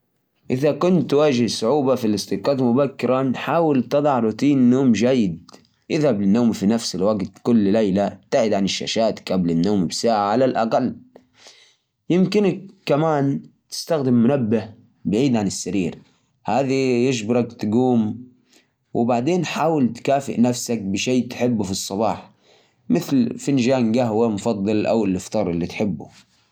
يا صديقي، إذا تبغى تستيقظ بدري، حاول تنام بدري كمان. خلك تحط لك روتين قبل النوم، مثل القراءة أو الاسترخاء. وكمان حاول تضبط منبه بعيد عن سريرك، عشان تضطر تقوم وتطفيه. فكر في الأشياء التي تنتظرك في الصباح، زي فطورك المفضل أو الوقت مه الاصدقاء، حتكون بداية يومك أحلى.